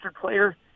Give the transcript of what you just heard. player